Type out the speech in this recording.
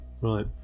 Right